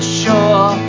sure